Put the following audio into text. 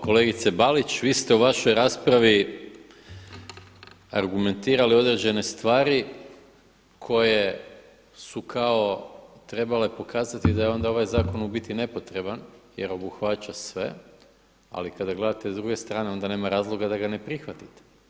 Kolegice Balić, vi ste u vašoj raspravi argumentirali određene stvari koje su kao trebale pokazati da je onda ovaj zakon u biti nepotreban jer obuhvaća sve ali kada gledate s druge strane onda nema razloga da ga ne prihvatite.